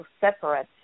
separate